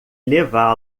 levá